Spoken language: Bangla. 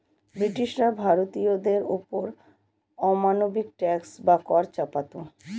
ব্রিটিশরা ভারতীয়দের ওপর অমানবিক ট্যাক্স বা কর চাপাতো